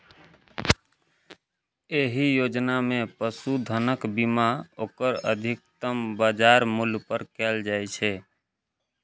एहि योजना मे पशुधनक बीमा ओकर अधिकतम बाजार मूल्य पर कैल जाइ छै